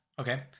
Okay